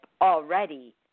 already